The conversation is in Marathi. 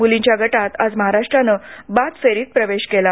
मुलींच्या गटात आज महाराष्ट्रनं बादफेरीत प्रवेश केला